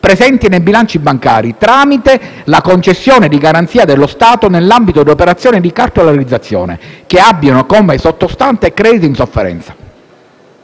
presenti nei bilanci bancari, tramite la concessione di garanzie dello Stato nell'ambito di operazioni di cartolarizzazione che abbiano come sottostante crediti in sofferenza.